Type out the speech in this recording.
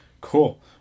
cool